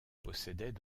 possédaient